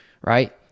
right